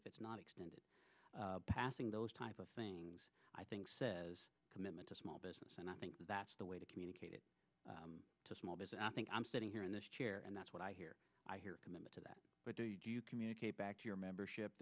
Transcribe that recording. if it's not extended passing those type of things i think says a commitment to small business and i think that's the way to communicate it to small business i think i'm sitting here in this chair and that's what i hear i hear commit to that but communicate back to your membership